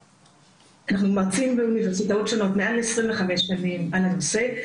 מרצים באוניברסיטאות שונות מעל 25 שנים על הנושא.